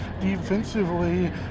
defensively